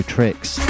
Tricks